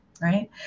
Right